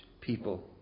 people